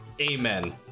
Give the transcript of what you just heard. Amen